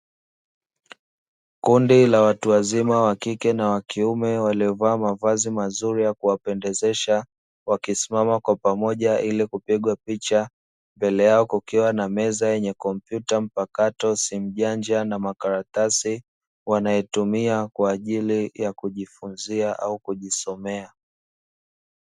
Kundi la watu wazima wa kike na wakiume, waliovaa mavazi mazuri yakuwapendezesha. Wakisimama kwa pamoja ili kupigwa picha, mbele yao kukiwa na meza yenye kompyuta mpakato, simu janja na makaratasi, wanayotumia kwa ajili ya kujifunzia au kujisomea.